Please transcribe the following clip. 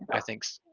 i thinks,